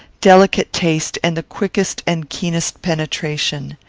delicate taste, and the quickest and keenest penetration.